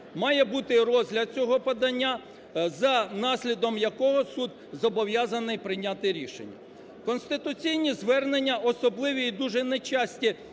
має бути розгляд цього подання, за наслідком якого суд зобов’язаний прийняти рішення. Конституційні звернення особливі і дуже нечасті